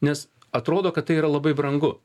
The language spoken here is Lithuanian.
nes atrodo kad tai yra labai brangu